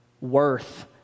worth